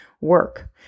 work